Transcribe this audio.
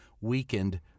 weakened